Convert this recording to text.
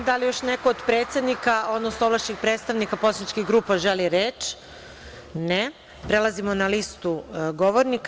Da li još neko od predsednika, odnosno ovlašćenih predstavnika poslaničkih grupa želi reč? (Ne.) Prelazimo na listu govornika.